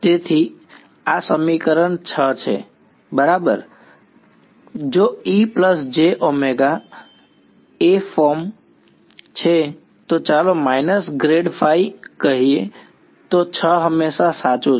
તેથી આ સમીકરણ 6 છે બરાબર જો E plus j omega A form છે તો ચાલો માઇનસ ગ્રેડ ફાઇ કહીએ તો 6 હંમેશા સાચું છે